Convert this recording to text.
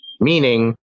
Meaning